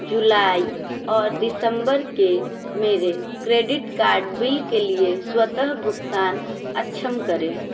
जुलाई और दिसम्बर के मेरे क्रेडिट कार्ड बिल के लिए स्वतः भुगतान अक्षम करें